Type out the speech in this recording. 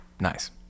Nice